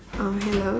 um hello